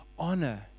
Honor